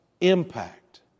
impact